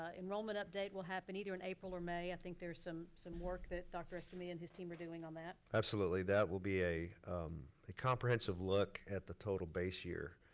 ah enrollment update will happen either in april or may. i think there's some some work that dr. escamilla and his team are doing on that. absolutely, that will be a comprehensive look at the total base year.